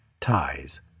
ties